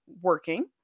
working